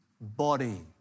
body